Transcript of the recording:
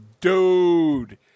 Dude